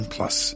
Plus